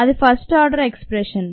అది first order X ప్రెషన్